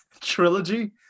trilogy